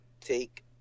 take